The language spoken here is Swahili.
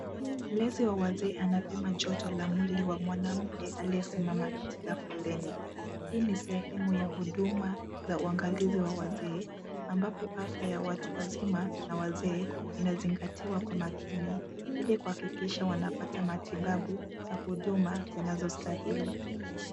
Mlezi wa wazee anapima joto la mwili wa mwanamke aliyesimama katika foleni. Hii ni sehemu ya huduma za uangalizi za wazee ambapo afya ya watu wazima na wazee inazingatiwa kwa makini ili kuhakikisha wanapata matibabu na huduma zinazostahili.